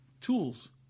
tools